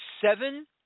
seven